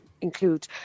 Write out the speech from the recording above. include